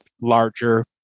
larger